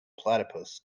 platypus